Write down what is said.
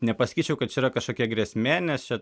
nepasakyčiau kad čia yra kažkokia grėsmė nes čia